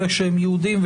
אלה שהם יהודים,